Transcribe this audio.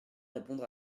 répondre